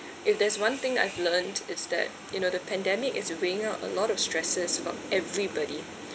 if there's one thing I've learnt is that you know the pandemic is bringing out a lot of stresses for everybody